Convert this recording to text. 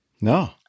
no